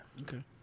Okay